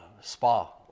spa